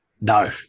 No